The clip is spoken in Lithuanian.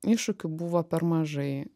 iššūkių buvo per mažai